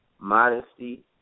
modesty